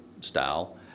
style